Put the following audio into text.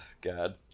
God